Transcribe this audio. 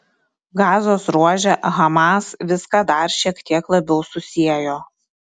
gazos ruože hamas viską dar šiek tiek labiau susiejo